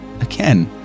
again